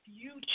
future